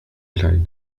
klein